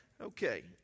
Okay